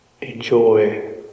enjoy